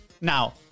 Now